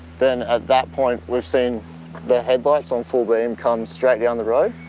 then at that point, we've seen the headlights on full beam come straight down the road.